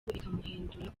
ikamuhindura